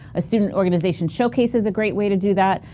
a student organization showcases a great way to do that,